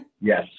Yes